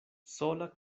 sola